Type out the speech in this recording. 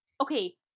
okay